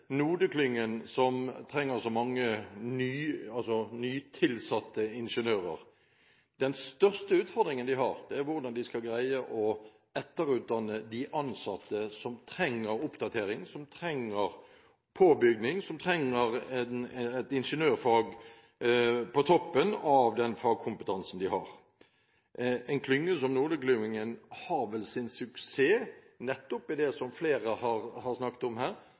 som trenger mange nytilsatte ingeniører. Den største utfordringen de har, er hvordan de skal greie å etterutdanne de ansatte som trenger oppdatering, som trenger påbygging, som trenger et ingeniørfag på toppen av den fagkompetansen de har. En klynge som NODE-klyngen har vel sin suksess nettopp på grunn av det som flere har snakket om her,